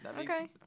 Okay